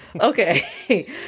Okay